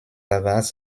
avars